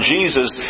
Jesus